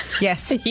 Yes